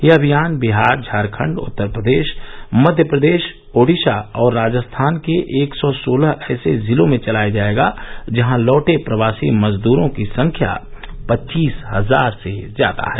यह अभियान बिहार झारखंड उत्तर प्रदेश मध्य प्रदेश ओडिशा और राजस्थान के एक सौ सोलह ऐसे जिलों में चलाया जाएगा जहां लौटे प्रवासी मजदूरों की संख्या पच्चीस हजार से ज्यादा है